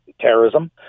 terrorism